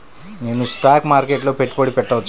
నేను స్టాక్ మార్కెట్లో పెట్టుబడి పెట్టవచ్చా?